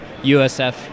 USF